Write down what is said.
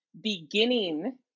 beginning